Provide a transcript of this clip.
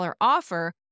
offer